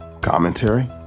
commentary